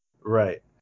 right